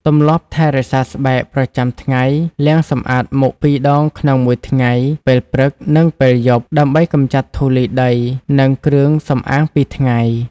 ទម្លាប់ថែរក្សាស្បែកប្រចាំថ្ងៃលាងសម្អាតមុខពីរដងក្នុងមួយថ្ងៃ ពេលព្រឹក និងពេលយប់ ដើម្បីកម្ចាត់ធូលីដី និងគ្រឿងសម្អាងពីថ្ងៃ ។